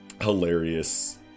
hilarious